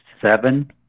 seven